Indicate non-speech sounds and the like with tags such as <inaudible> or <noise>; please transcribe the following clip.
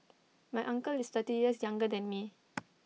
my uncle is thirty years younger than me <noise>